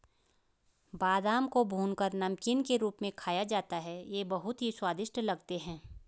बादाम को भूनकर नमकीन के रूप में खाया जाता है ये बहुत ही स्वादिष्ट लगते हैं